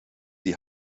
die